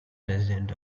president